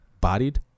bodied